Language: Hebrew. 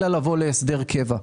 אלא לבוא להסדר קבע.